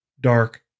dark